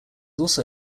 also